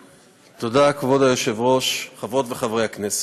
תודה, כבוד היושבת-ראש, חברות וחברי הכנסת,